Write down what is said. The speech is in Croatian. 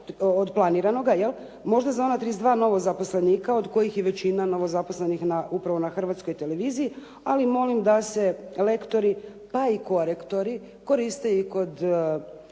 od planiranoga, možda za ona 32 nova zaposlenika od kojih je većina novo zaposlenih upravno na Hrvatskoj televiziji, ali molim da se lektori, pa i korektori koriste i u